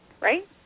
Right